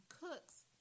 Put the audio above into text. Cooks